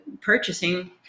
purchasing